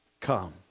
Come